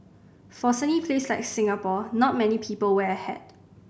for a sunny place like Singapore not many people wear a hat